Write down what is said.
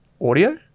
audio